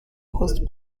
post